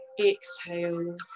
exhale